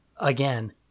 again